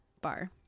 bar